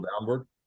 downward